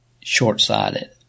short-sighted